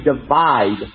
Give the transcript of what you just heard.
divide